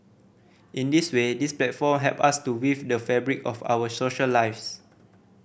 in this way these platform help us to weave the fabric of our social lives